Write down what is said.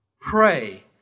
Pray